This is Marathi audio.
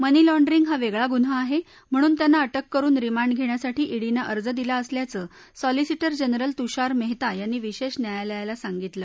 मनी लाँड्रिंग हा वेगळा गुन्हा आहे म्हणून त्यांना अटक करुन रिमांड घेण्यासाठी ईडीनं अर्ज दिला असल्याचं सॉलिसिटर जनरल तुषार मेहता यांनी विशेष न्यायालयाला सांगितलं